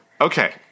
Okay